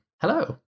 Hello